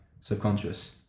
subconscious